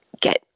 get